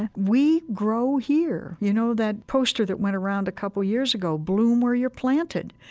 and we grow here. you know that poster that went around a couple of years ago, bloom where you're planted.